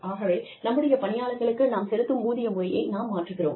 ஆகவே நம்முடைய பணியாளர்களுக்கு நாம் செலுத்தும் ஊதிய முறையை நாம் மாற்றுகிறோம்